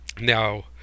Now